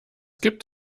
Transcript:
gibt